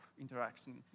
interaction